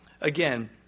Again